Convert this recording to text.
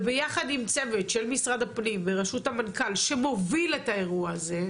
וביחד עם צוות של משרד הפנים בראשות המנכ"ל שמוביל את האירוע הזה,